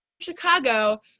Chicago